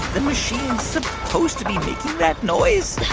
the machine supposed to be making that noise?